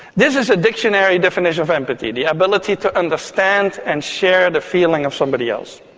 this is a dictionary definition of empathy the ability to understand and share the feeling of somebody else.